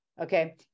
okay